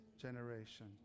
generation